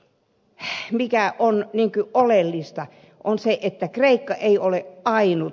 se mikä on oleellista on se että kreikka ei ole ainut